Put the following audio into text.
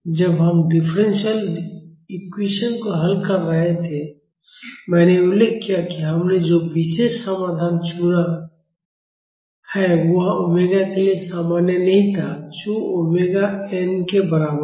जब हम differential equation को हल कर रहे थे मैंने उल्लेख किया है कि हमने जो विशेष समाधान चुना है वह ओमेगा के लिए मान्य नहीं था जो ओमेगा एन ωn के बराबर है